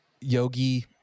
yogi